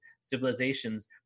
civilizations